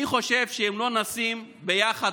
אני חושב שאם לא נשים כולנו